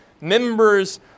members